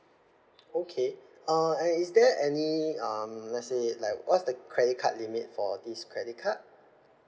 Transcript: okay uh and is there any um let's say like what's the credit card limit for this credit card